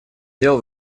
дел